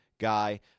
guy